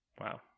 Wow